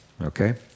okay